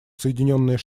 соединенные